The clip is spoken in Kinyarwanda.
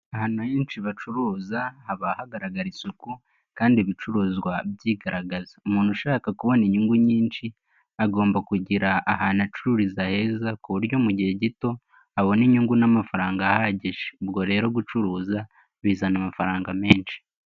Ahantu henshi bacuruza haba hagaragara isuku, kandi ibicuruzwa byigaragaza. Umuntu ushaka kubona inyungu nyinshi, agomba kugira ahantu acururiza heza ku buryo mu gihe gito, abona inyungu n'amafaranga ahagije. Ubwo rero gucuruza bizana amafaranga menshi.